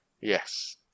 yes